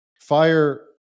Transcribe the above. FIRE